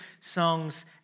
songs